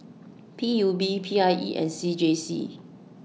P U B P I E and C J C